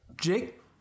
Jake